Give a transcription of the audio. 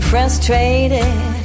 Frustrated